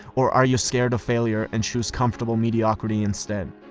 or are you scared of failure and choose comfortable mediocrity instead?